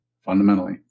fundamentally